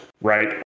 right